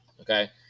Okay